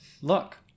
look